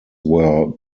were